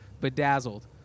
bedazzled